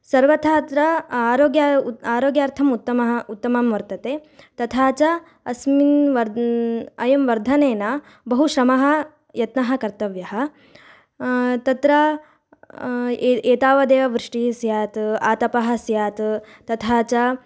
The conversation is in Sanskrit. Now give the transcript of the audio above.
सर्वथा अत्र आरोग्यार्थम् आरोग्यार्थम् उत्तमम् उत्तमं वर्तते तथा च अस्मिन् वरे अस्य वर्धने बहु श्रमः यत्नः कर्तव्यः तत्र ए एतावदेव वृष्टिः स्यात् आतपः स्यात् तथा च